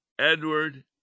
Edward